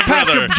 Pastor